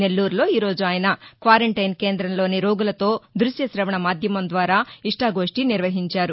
నెల్లూరులో ఈరోజు ఆయన క్వారంటైన్ కేంద్రంలోని రోగులతో ద్బశ్య శ్రవణ మాధ్యమం ద్వారా ఇష్టాగోష్ణి నిర్వహించారు